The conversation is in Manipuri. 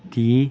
ꯊꯤ